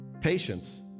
Patience